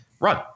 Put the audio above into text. run